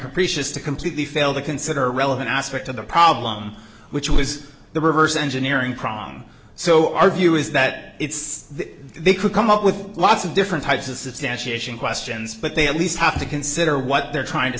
capricious to completely fail to consider relevant aspect of the problem which was the reverse engineering problem so our view is that it's they could come up with lots of different types of substantiation questions but they at least have to consider what they're trying to